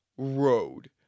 road